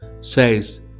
says